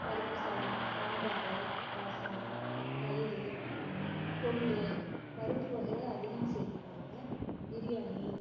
பருப்பு சாதம் சாம்பார் ரஸம் தயிர் கொள்ளு பருப்பு வகையை அதிகம் சேர்த்திக்கிவாங்க பிரியாணி